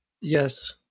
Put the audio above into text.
Yes